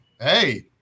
Hey